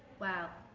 wow!